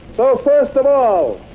so first of all,